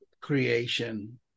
creation